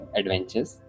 adventures